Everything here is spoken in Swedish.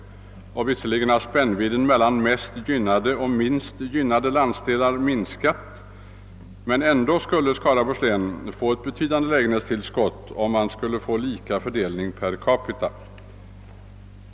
Vidare har spännvidden mellan mest gynnade och minst gynnade landsdelar minskat. Men ändå skulle Skaraborgs län få ett betydande lägenhetstillskott vid lika fördelning per capita.